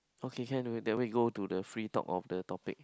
okay can we then we go to the free talk of the topic